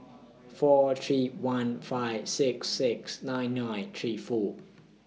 four three one five six six nine nine three four